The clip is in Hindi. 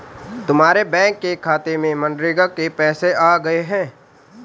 तुम्हारे बैंक के खाते में मनरेगा के पैसे आ गए हैं